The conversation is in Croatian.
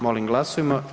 Molim glasujmo.